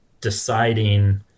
deciding